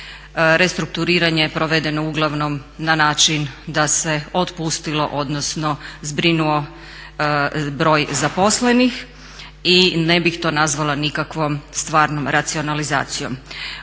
restrukturiranje provedeno uglavnom na način da se otpustilo odnosno zbrinuo broj zaposlenih i ne bih to nazvala nikakvom stvarnom racionalizacijom.